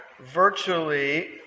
virtually